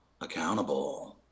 accountable